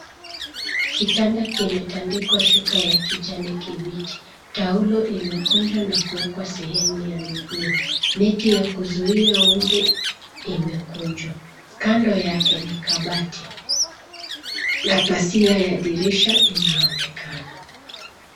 Kitanda kimetandikwa shuka ya kijani kibichi , taulo imekunjwa nakuwekwa sehemu ya miguu, neti yakuzuia umbu imekujwa, kando yake ni kabati na pazia ya dirisha inaonekana.